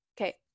Okay